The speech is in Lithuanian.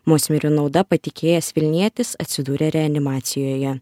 musmirių nauda patikėjęs vilnietis atsidūrė reanimacijoje